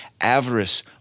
avarice